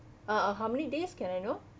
uh how many days can I know